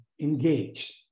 engaged